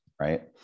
right